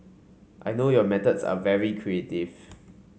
I know your methods are very creative